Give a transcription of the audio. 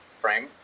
Frame